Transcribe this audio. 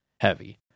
heavy